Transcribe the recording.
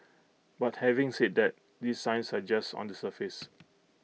but having said that these signs are just on the surface